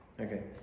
Okay